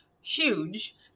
huge